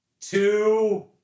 two